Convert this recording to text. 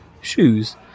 shoes